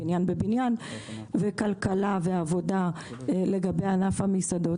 בניין בבניין וכלכלה ועבודה לגבי ענף המסעדות,